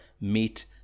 meet